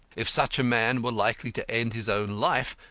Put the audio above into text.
if such a man were likely to end his own life,